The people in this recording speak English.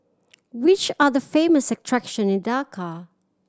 which are the famous attraction in Dhaka